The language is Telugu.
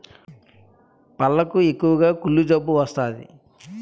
పళ్లకు ఎక్కువగా కుళ్ళు జబ్బు వస్తాది